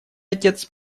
отец